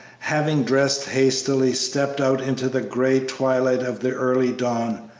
having dressed hastily, stepped out into the gray twilight of the early dawn.